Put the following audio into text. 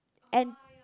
and